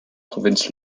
provinz